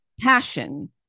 passion